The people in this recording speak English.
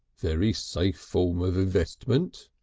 very safe form of investment.